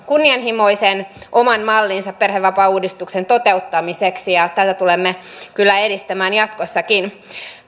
kunnianhimoisen oman mallinsa perhevapaauudistuksen toteuttamiseksi tätä tulemme kyllä edistämään jatkossakin